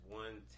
one